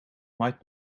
might